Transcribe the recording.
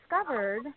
discovered